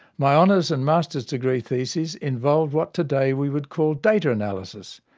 my honours and masters degree theses involved what today we would call data analysis,